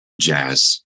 jazz